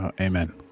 Amen